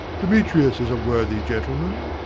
demetrius is a worthy gentleman.